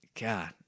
god